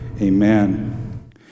Amen